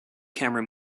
camera